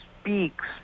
speaks